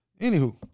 Anywho